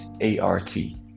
A-R-T